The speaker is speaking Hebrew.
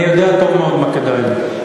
אני יודע טוב מאוד מה כדאי לי.